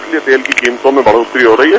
इसलिए तेल की कीमतों में बढ़ोत्तरी हो रही है